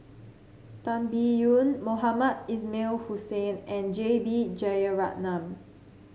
Tan Biyun Mohamed Ismail Hussain and J B Jeyaretnam